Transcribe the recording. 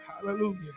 Hallelujah